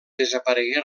desaparegué